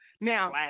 Now